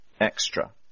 extra